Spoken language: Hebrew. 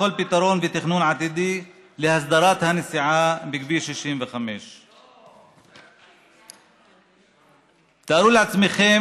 בכל פתרון ותכנון עתידי להסדרת הנסיעה בכביש 65. תארו לעצמכם